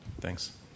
Thanks